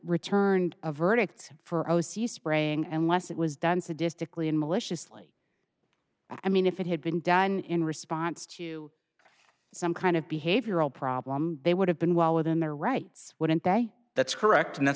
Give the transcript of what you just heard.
returned a verdict for o c spraying unless it was done sadistically and maliciously i mean if it had been done in response to some kind of behavioral problem they would have been well within their rights wouldn't they that's correct and that's